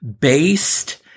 based